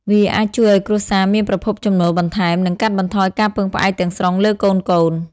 វាអាចជួយឱ្យគ្រួសារមានប្រភពចំណូលបន្ថែម និងកាត់បន្ថយការពឹងផ្អែកទាំងស្រុងលើកូនៗ។